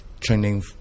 training